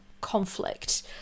conflict